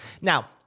Now